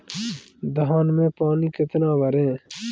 धान में पानी कितना भरें?